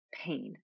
pain